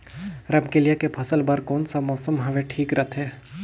रमकेलिया के फसल बार कोन सा मौसम हवे ठीक रथे?